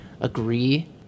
agree